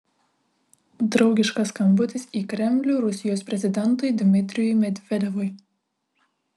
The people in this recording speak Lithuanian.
draugiškas skambutis į kremlių rusijos prezidentui dmitrijui medvedevui